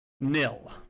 nil